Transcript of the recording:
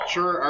Sure